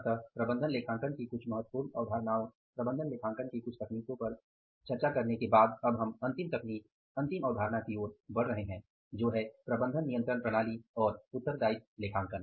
अतः प्रबंधन लेखांकन की कुछ महत्वपूर्ण अवधारणाओं प्रबंधन लेखांकन की कुछ तकनीकों पर चर्चा करने के बाद अब हम अंतिम तकनीक अंतिम अवधारणा की ओर बढ़ रहे हैं जो है प्रबंधन नियंत्रण प्रणाली और उत्तरदायित्व लेखांकन